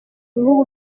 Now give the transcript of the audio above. bihugu